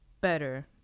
better